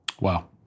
Wow